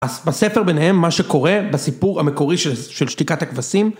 בספר ביניהם, מה שקורה בסיפור המקורי של שתיקת הכבשים.